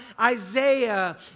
Isaiah